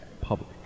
public